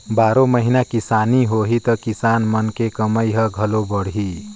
बारो महिना किसानी होही त किसान मन के कमई ह घलो बड़ही